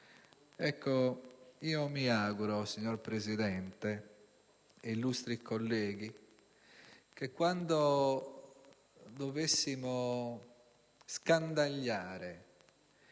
Ecco, io mi auguro, signor Presidente e illustri colleghi, che quando dovessimo scandagliare